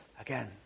again